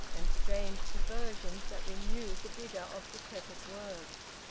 and strange perversions that renewed the vigour of decrepit words.